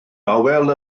awel